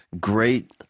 great